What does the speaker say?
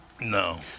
No